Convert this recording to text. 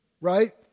Right